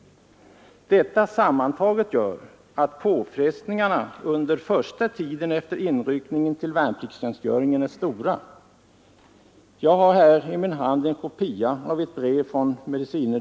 Detta sammantaget gör att påfrestningarna under första tiden efter inryckningen till värnpliktstjänstgöringen är stora. Jag har här i min hand en kopia av ett brev från med.